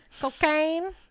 Cocaine